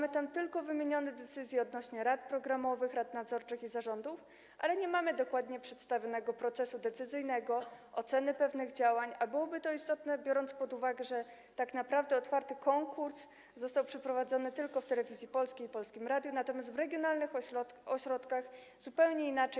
Są tam tylko wymienione decyzje odnośnie do rad programowych, rad nadzorczych i zarządu, brak jednak dokładnego przedstawienia procesu decyzyjnego, oceny pewnych działań, a byłoby to istotne, biorąc pod uwagę fakt, że tak naprawdę otwarty konkurs został przeprowadzony tylko w Telewizji Polskiej i Polskim Radiu, natomiast w regionalnych ośrodkach przebiegało to zupełnie inaczej.